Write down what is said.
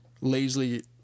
lazily